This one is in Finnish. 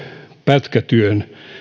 pätkätyön